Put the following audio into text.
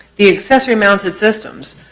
the accessory management systems,